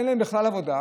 אין להם בכלל עבודה,